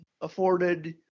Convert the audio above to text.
afforded